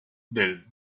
del